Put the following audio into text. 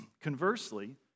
Conversely